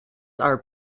are